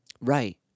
Right